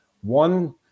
one